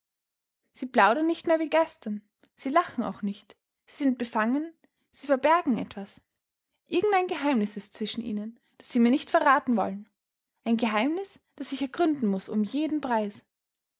sie plaudern nicht mehr wie gestern sie lachen auch nicht sie sind befangen sie verbergen etwas irgendein geheimnis ist zwischen ihnen das sie mir nicht verraten wollen ein geheimnis das ich ergründen muß um jeden preis